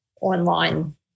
online